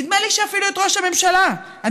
נדמה לי שאפילו את ראש הממשלה אני